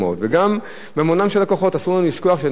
אסור לנו לשכוח שאנשים הזמינו סחורה ושילמו,